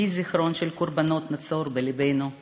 יהי זיכרון הקורבנות נצור בלבנו לעד.